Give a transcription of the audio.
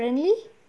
currently